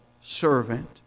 servant